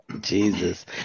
Jesus